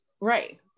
Right